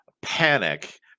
panic